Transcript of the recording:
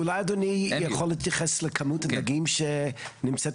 אולי אדוני יכול להתייחס לכמות הדגים שנמצאת,